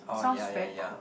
oh ya ya ya